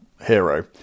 hero